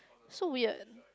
so weird